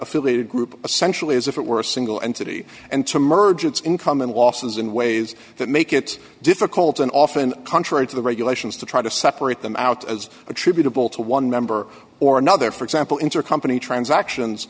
affiliated group essentially as if it were a single entity and to merge its income in losses in ways that make it difficult and often contrary to the regulations to try to separate them out as attributable to one member or another for example intercompany transactions